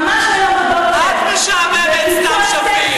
ממש היום בבוקר את משעממת, סתיו שפיר.